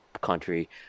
country